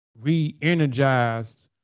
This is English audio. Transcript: re-energized